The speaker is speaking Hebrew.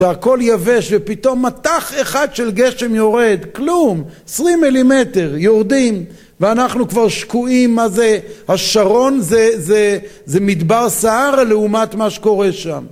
הכל יבש, ופתאום מתח אחד של גשם יורד, כלום, 20 מילימטר, יורדים ואנחנו כבר שקועים, מה זה? השרון זה מדבר סהרה לעומת מה שקורה שם